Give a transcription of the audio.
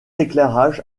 éclairage